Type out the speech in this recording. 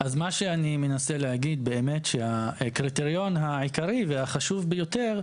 אז מה שאני מנסה להגיד הוא באמת שהקריטריון העיקרי והחשוב ביותר,